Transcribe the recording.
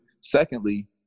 Secondly